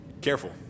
Careful